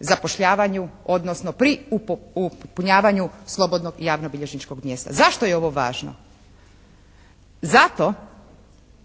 zapošljavanju, odnosno pri popunjavanju slobodnog javnobilježničkog mjesta. Zašto je ovo važno? Zato